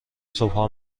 صبحها